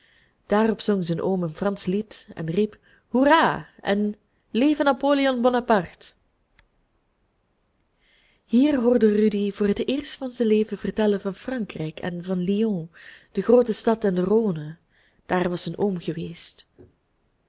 daarop zong zijn oom een fransch lied en riep hoera en leve napoleon bonaparte hier hoorde rudy voor het eerst van zijn leven vertellen van frankrijk en van lyon de groote stad aan de rhône daar was zijn oom geweest